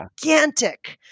gigantic